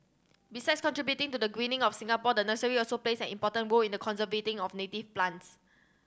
besides contributing to the greening of Singapore the nursery also plays an important role in the conservation of native plants